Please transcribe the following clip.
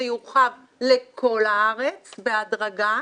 זה יורחב לכל הארץ בהדרגה,